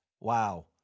Wow